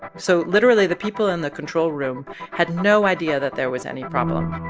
so literally, the people in the control room had no idea that there was any problem